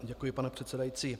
Děkuji, pane předsedající.